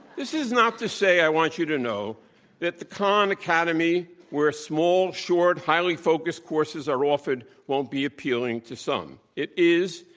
this is not to say, i want you to know that the khan academy where small, short, highly focused courses are offered won't be appealing to some. it is,